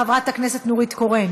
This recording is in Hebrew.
חברת הכנסת נורית קורן,